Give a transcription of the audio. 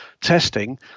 testing